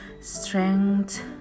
strength